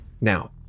Now